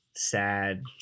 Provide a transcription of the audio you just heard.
Sad